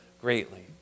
greatly